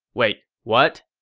wait, what?